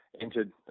entered